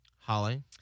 Holly